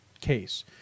case